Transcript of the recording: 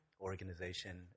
organization